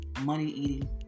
money-eating